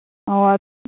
ꯑꯣ